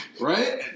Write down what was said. Right